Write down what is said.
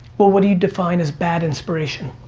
what what do you define as bad inspiration?